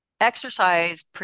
exercise